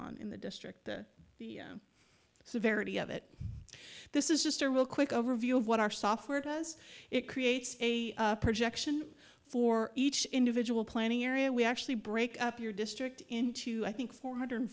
on in the district the severity of it this is just a real quick overview of what our software does it creates a projection for each individual planning area we actually break up your district into i think four hundred